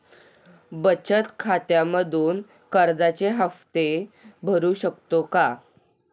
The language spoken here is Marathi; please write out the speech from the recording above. बचत खात्यामधून कर्जाचे हफ्ते भरू शकतो का?